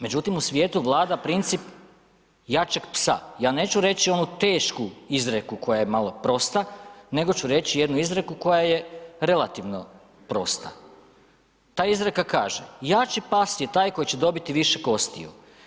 Međutim, u svijetu vlada princip jačeg psa, ja neću reći onu tešku izreku koja je malo prosta, nego ću reći jednu izreku koja je relativno prosta, ta izreka kaže "jači pas je taj koji će dobiti više kostiju“